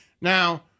Now